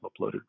uploaded